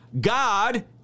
God